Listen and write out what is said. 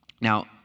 Now